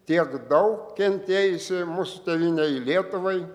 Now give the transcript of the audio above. tiek daug kentėjusiai mūsų tėvynei lietuvai